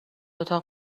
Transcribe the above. اتاق